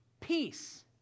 peace